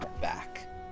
back